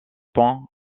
point